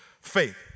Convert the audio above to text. Faith